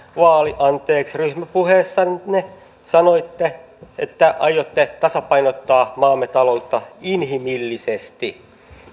vaali anteeksi ryhmäpuheessanne sanoitte että aiotte tasapainottaa maamme taloutta inhimillisesti